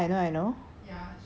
oh oh